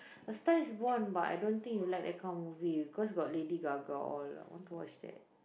A-Star-Is-Born but I don't think you like that kind of movie because got Lady-Gaga all lah I want to watch that